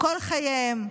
כל חייהם.